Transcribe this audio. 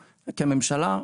כממשלה,